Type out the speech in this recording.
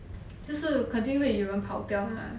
就是肯定会有人跑掉 mah